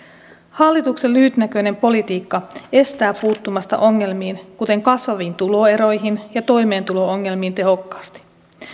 hallituksen lyhytnäköinen politiikka estää puuttumasta ongelmiin kuten kasvaviin tuloeroihin ja toimeentulo ongelmiin tehokkaasti